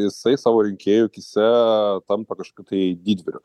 jisai savo rinkėjų akyse tampa kažkokiu tai didvyriu